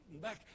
back